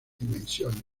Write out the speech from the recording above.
dimensiones